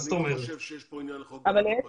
אני לא חושב שיש כאן עניין לחוק הגנת הפרטיות.